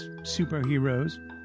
superheroes